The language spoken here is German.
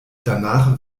danach